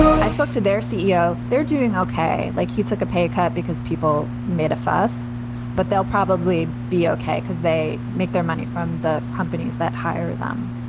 i spoke to their ceo. they're doing ok. like he took a pay cut because people metaphor's, but they'll probably be ok because they make their money from the companies that hire them.